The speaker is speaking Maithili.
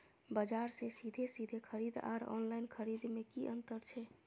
बजार से सीधे सीधे खरीद आर ऑनलाइन खरीद में की अंतर छै?